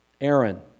Aaron